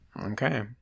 Okay